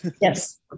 Yes